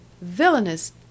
Villainous